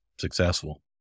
successful